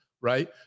right